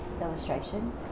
illustration